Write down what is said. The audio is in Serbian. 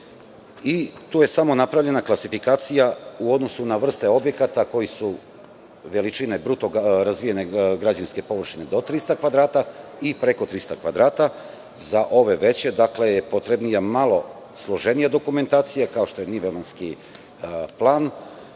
i tu je samo napravljena klasifikacija u odnosu na vrste objekata koji su veličine bruto građevinske površine do 300 kvadrata i preko 300 kvadrata. Za ove veće je potrebnija malo složenija dokumentacija, kao što je Nivemanski plan,